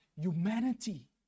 humanity